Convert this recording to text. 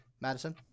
Madison